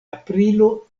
aprilo